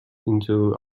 into